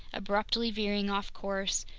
abruptly veering off course,